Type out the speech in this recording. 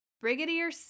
Brigadier